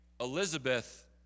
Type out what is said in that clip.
Elizabeth